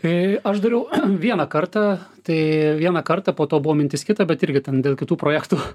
kai aš dariau vieną kartą tai vieną kartą po to buvo mintis kitą bet irgi ten dėl kitų projektų